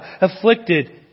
afflicted